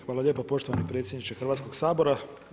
Hvala lijepa poštovani predsjedniče Hrvatskoga sabora.